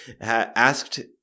asked